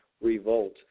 revolt